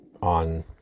on